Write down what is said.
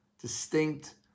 distinct